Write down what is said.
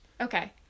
okay